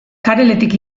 kareletik